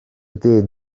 dyn